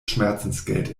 schmerzensgeld